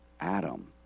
Adam